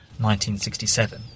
1967